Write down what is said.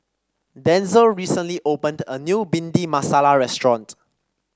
Denzil recently opened a new Bhindi Masala restaurant